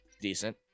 Decent